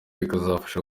bikazafasha